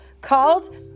called